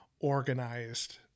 organized